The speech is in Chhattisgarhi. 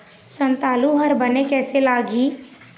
संतालु हर बने कैसे लागिही?